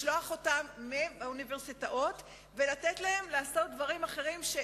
לשלוח אותם מהאוניברסיטאות ולתת להם לעשות דברים אחרים.